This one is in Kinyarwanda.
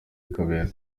kabera